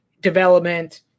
development